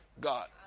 God